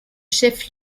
chef